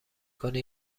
کنی